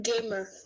gamer